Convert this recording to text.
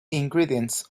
ingredients